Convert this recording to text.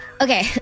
okay